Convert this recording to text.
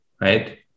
right